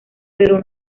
pero